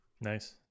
Nice